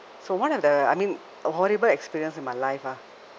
so one of the I mean a horrible experience in my life ah